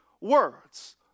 words